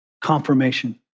confirmation